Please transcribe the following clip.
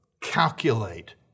calculate